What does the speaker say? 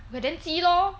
but then 鸡 lor